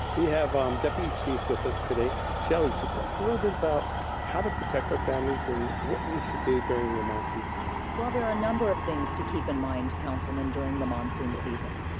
we have um deputy chief with us today, shelley. so tell us a little bit about how to protect our families, and what we should do during the monsoon season? well, there are a number of things to keep in mind, councilman, during the monsoon seasons.